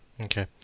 Okay